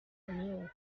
mule